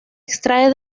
extrae